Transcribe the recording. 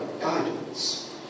guidance